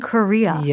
Korea